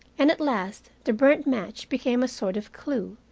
and at last the burnt match became a sort of clue,